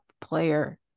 player